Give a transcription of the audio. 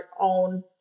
own